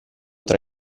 tra